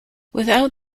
without